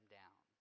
down